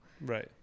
Right